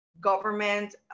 government